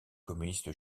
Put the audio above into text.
communiste